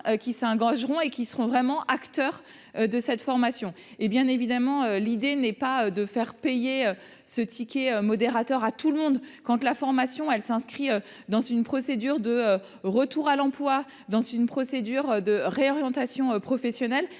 un gros seront et qui seront vraiment acteurs de cette formation et bien évidemment, l'idée n'est pas de faire payer ce ticket modérateur à tout le monde quand tu la formation elle s'inscrit dans une procédure de retour à l'emploi dans une procédure de réorientation professionnelle,